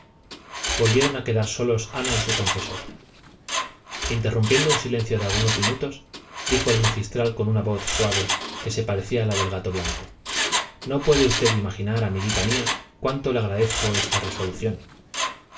volvieron a quedar solos ana y su confesor interrumpiendo un silencio de algunos minutos dijo el magistral con una voz que se parecía a la del gato blanco no puede usted imaginar amiguita mía cuánto le agradezco esta resolución